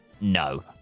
no